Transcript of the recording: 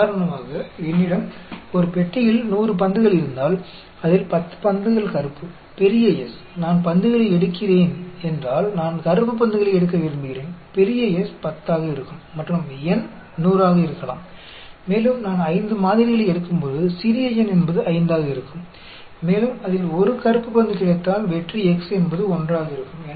உதாரணமாக என்னிடம் ஒரு பெட்டியில் 100 பந்துகள் இருந்தால் அதில் 10 பந்துகள் கருப்பு பெரிய S நான் பந்துகளை எடுக்கிறேன் என்றால் நான் கருப்பு பந்துகளை எடுக்க விரும்புகிறேன் பெரிய S 10 ஆக இருக்கும் மற்றும் n 100 ஆக இருக்கலாம் மேலும் நான் 5 மாதிரிகளை எடுக்கும்போது சிறிய n என்பது 5 ஆக இருக்கும் மேலும் அதில் 1 கருப்பு பந்து கிடைத்தால் வெற்றி x என்பது 1 ஆக இருக்கும்